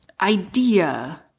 idea